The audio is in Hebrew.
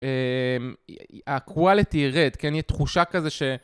הקוואליטי ירד, כן, יהיה תחושה כזה ש...